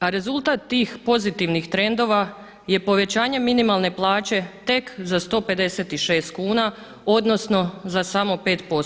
A rezultat tih pozitivnih trendova je povećanje minimalne plaće tek za 156 kuna odnosno za samo 5%